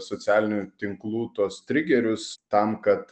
socialinių tinklų tuos trigerius tam kad